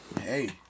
Hey